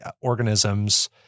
organisms